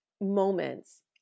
moments